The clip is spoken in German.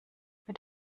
mit